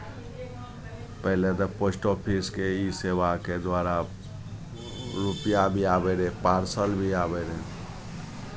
पहिले तऽ पोस्ट ऑफिसके ई सेवाके दुआरा रुपैआ भी आबै रहै पार्सल भी आबै रहै